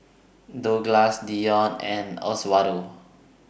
Douglass Dionne and Oswaldo